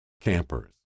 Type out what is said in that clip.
campers